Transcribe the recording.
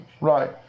Right